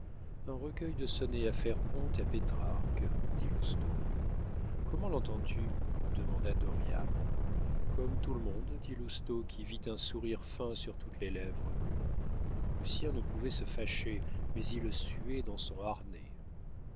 un recueil de sonnets à faire honte à pétrarque dit lousteau comment l'entends-tu demanda dauriat comme tout le monde dit lousteau qui vit un sourire fin sur toutes les lèvres lucien ne pouvait se fâcher mais il suait dans son harnais